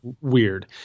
weird